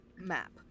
map